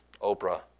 Oprah